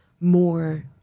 more